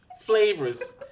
flavors